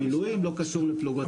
לא קשור למילואים, לא קשור לפלוגות.